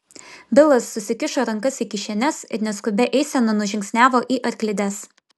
bilas susikišo rankas į kišenes ir neskubia eisena nužingsniavo į arklides